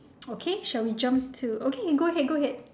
okay shall we jump to okay go ahead go ahead